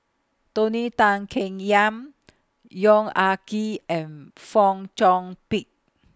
Tony Tan Keng Yam Yong Ah Kee and Fong Chong Pik